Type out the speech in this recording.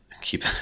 keep